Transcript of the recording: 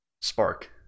spark